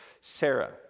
Sarah